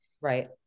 right